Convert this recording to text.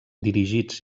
dirigits